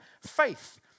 Faith